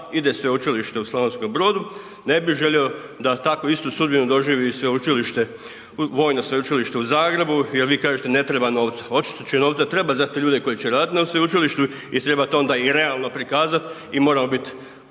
ide Sveučilište u Slavonskom Brodu, ne bi želio da takvu istu sudbinu doživi i sveučilište, Vojno sveučilište u Zagrebu jer vi kažete ne treba novca. Očito će novca trebat za te ljude koji će radit na sveučilištu i trebate onda i realno prikazat i moramo bit